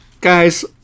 Guys